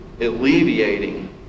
alleviating